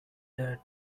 that